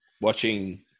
watching